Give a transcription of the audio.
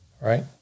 Right